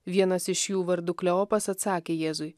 vienas iš jų vardu kleopas atsakė jėzui